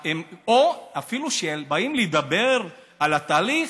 אפילו כשבאים לדבר על התהליך,